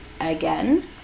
again